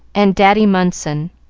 and daddy munson.